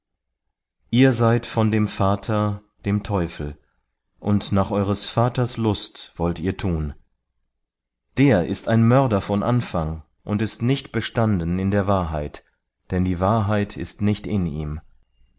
ihr seid von dem vater dem teufel und nach eures vaters lust wollt ihr tun der ist ein mörder von anfang und ist nicht bestanden in der wahrheit denn die wahrheit ist nicht in ihm